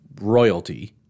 royalty